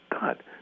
God